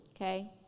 Okay